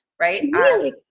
right